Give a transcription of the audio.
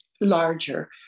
larger